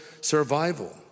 survival